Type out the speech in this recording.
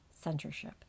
censorship